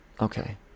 Okay